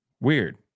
Weird